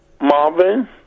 Marvin